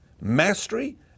mastery